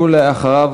ואחריו,